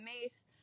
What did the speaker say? mace